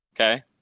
Okay